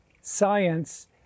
science